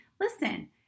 listen